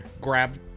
grab